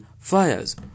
fires